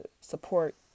support